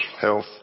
health